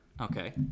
Okay